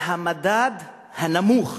המדד הנמוך